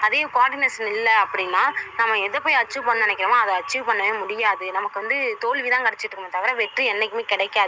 அதே கோர்டினேஷன் இல்லை அப்படின்னா நம்ம எதை போய் அச்சீவ் பண்ணும்னு நினைக்கிறமோ அதை அச்சீவ் பண்ணவே முடியாது நமக்கு வந்து தோல்வி தான் கிடைச்சிட்டு இருக்குமே தவிர வெற்றி என்னைக்குமே கிடைக்காது